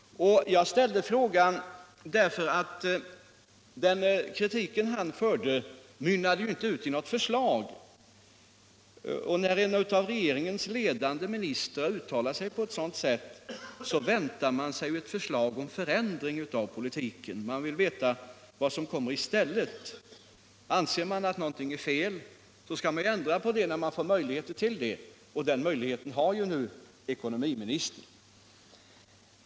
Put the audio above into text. Jag ställde min fråga med anledning av att den kritik som herr Bohman förde fram inte mynnade ut i något förslag. När en av regeringens ledande ministrar uttalar sig på ett sådant sätt väntar man sig en förändring av politiken. Man vill veta vad som kommer i stället. Den som anser att något är fel skall ändra på det när möjlighet härtill uppkommer, och den möjligheten har ju nu ekonominiministern.